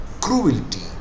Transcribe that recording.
cruelty